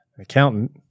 accountant